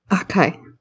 Okay